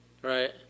Right